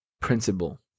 principle